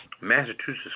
Massachusetts